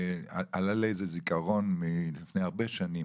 עלה לי זיכרון איזה מלפני הרבה שנים.